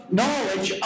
knowledge